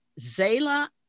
Zayla